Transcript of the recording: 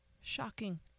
Shocking